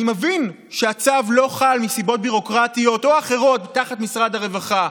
אני מבין שהצו לא חל מסיבות ביורוקרטיות או אחרות תחת משרד הרווחה,